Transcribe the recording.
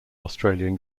australian